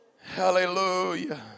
Hallelujah